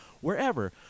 wherever